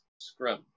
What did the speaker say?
Scrum